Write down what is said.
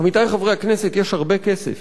עמיתי חברי הכנסת, יש הרבה כסף,